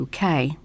UK